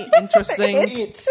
interesting